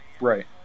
Right